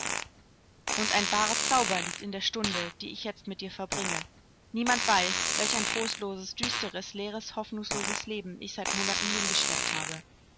und ein wahrer zauber liegt in der stunde die ich jetzt mit dir verbringe niemand weiß welch ein trostloses düsteres leeres hoffnungsloses leben ich seit monaten hingeschleppt habe